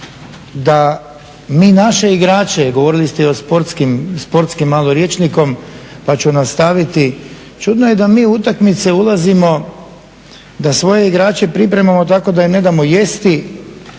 da mi naše igrače, a govorili ste i o sportskim, sportskim malo rječnikom, pa ću nastaviti, čudno je da mi u utakmice ulazimo da svoje igrače pripremamo tako da im ne damo jesti,